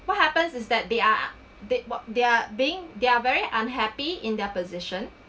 what happens is that they are they what they're being they're very unhappy in their position